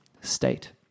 state